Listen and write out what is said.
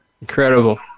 Incredible